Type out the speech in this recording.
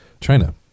China